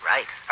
Right